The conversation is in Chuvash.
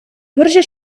вӑрҫӑ